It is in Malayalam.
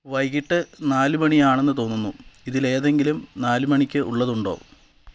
വൈകിട്ട് നാല് മണിയാണെന്ന് തോന്നുന്നു ഇതിൽ ഏതെങ്കിലും നാല് മണിക്ക് ഉള്ളതുണ്ടോ